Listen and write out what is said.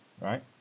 right